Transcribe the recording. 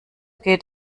geht